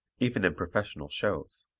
even in professional shows.